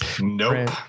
Nope